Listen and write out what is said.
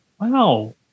Wow